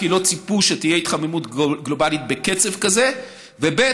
כי לא ציפו שתהיה התחממות גלובלית בקצב כזה, וב.